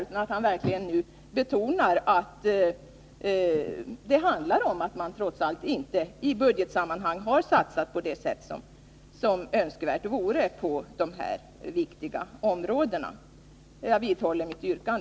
Nu betonar han verkligen att det handlar om att man trots allt inte i budgetsammanhang har satsat på det sätt som önskvärt vore på de här viktiga områdena. Herr talman! Jag vidhåller mitt yrkande.